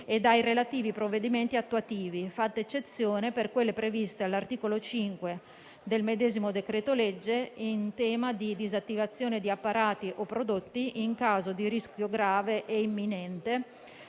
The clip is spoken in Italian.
e dai relativi provvedimenti attuativi, fatta eccezione per quelle previste all'articolo 5 del medesimo decreto-legge in tema di disattivazione di apparati o prodotti in caso di rischio grave e imminente